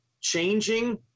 changing